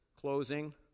closing